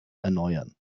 erneuern